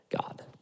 God